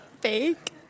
Fake